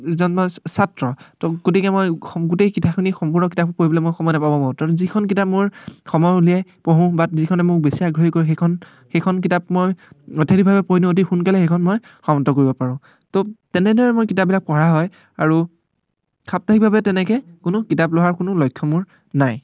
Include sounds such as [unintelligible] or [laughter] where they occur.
এজন মই ছাত্ৰ ত' গতিকে মই সং গোটেই কিতাপখিনি সম্পূৰ্ণ কিতাপখন পঢ়িবলৈ মই সময় নেপাব পাৰোঁ [unintelligible] যিখন কিতাপ মোৰ সময় উলিয়াই পঢ়োঁ বা যিখনে মোক বেছি আগ্ৰহী কৰে সেইখন সেইখন কিতাপ মই [unintelligible] অতি সোনকালে সেইখন মই সমাপ্ত কৰিব পাৰোঁ ত' তেনেদৰে মই কিতাপবিলাক পঢ়া হয় আৰু সাপ্তাহিকভাৱে তেনেকৈ কোনো কিতাপ [unintelligible] কোনো লক্ষ্য মোৰ নাই